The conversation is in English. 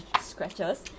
scratches